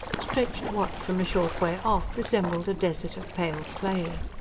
stretched what, from a short way off, resembled a desert of pale clay.